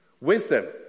Wisdom